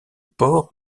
port